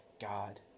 God